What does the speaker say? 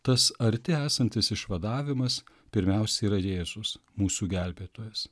tas arti esantis išvadavimas pirmiausia yra jėzus mūsų gelbėtojas